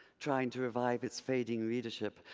trying to revive its fading leadership,